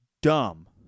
dumb